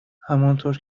همانطور